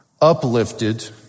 uplifted